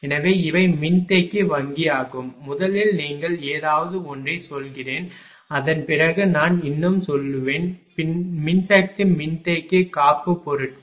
எனவே இவை மின்தேக்கி வங்கியாகும் முதலில் நீங்கள் ஏதாவது ஒன்றைச் சொல்கிறேன் அதன்பிறகு நான் இன்னும் சொல்லுவேன் மின்சக்தி மின்தேக்கி காப்பு பொருட்கள்